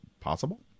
possible